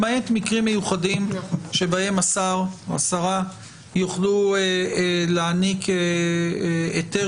למעט מקרים מיוחדים שבהם השר או השרה יוכלו להעניק היתר